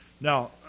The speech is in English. Now